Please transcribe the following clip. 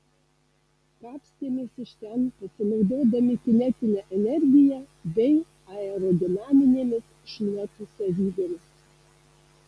kapstėmės iš ten pasinaudodami kinetine energija bei aerodinaminėmis šluotų savybėmis